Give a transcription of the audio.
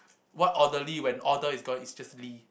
what orderly when order is is just Lee